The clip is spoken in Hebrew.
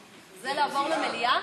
נתקבלה.